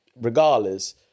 Regardless